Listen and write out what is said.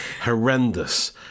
Horrendous